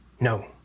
No